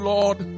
Lord